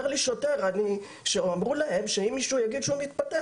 אומר לי שוטר שאמרו להם שאם מישהו יגיד שהוא מתפטר